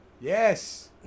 Yes